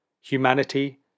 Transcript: Humanity